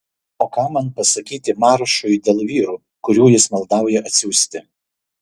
o ką man pasakyti maršui dėl vyrų kurių jis maldauja atsiųsti